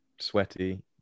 Sweaty